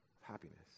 happiness